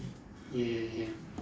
ya ya ya